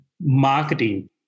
marketing